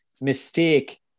mistake